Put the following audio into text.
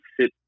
sit